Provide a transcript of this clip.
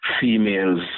females